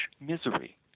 misery